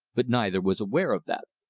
but neither was aware of that.